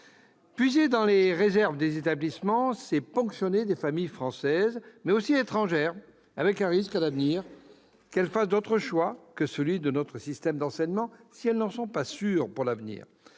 Puiser dans les réserves des établissements, c'est ponctionner des familles françaises, mais aussi étrangères, avec le risque qu'elles fassent à l'avenir d'autres choix que celui de notre système d'enseignement si elles n'en sont pas sûres. Or sans